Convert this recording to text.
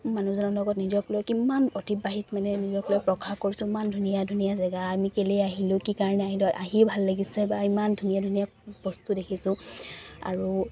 মানুহজনৰ লগত নিজক লৈ কিমান অতিবাহিত মানে নিজক লৈ প্ৰকাশ কৰিছো ইমান ধুনীয়া ধুনীয়া জেগা আমি কেলেই আহিলো কি কাৰণে আহিলে আহিও ভাল লাগিছে বা ইমান ধুনীয়া ধুনীয়া বস্তু দেখিছো আৰু